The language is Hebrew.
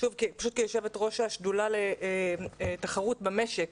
כיושבת ראש השדולה לתחרות במשק,